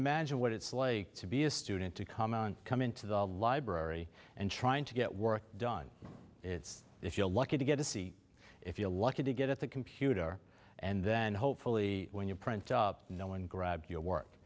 imagine what it's like to be a student to come out and come into the library and trying to get work done it's if you're lucky to get a seat if you're lucky to get at the computer and then hopefully when you print up no one grabs your work